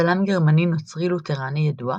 צלם גרמני נוצרי-לותרני ידוע,